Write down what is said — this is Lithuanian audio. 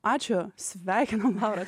ačiū sveikinam laura